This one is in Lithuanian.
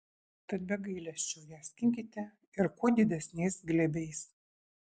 tad be gailesčio ją skinkite ir kuo didesniais glėbiais